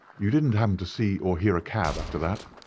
you didn't happen to see or hear a cab after that?